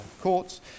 courts